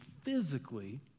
physically